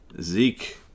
Zeke